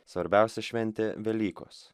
svarbiausia šventė velykos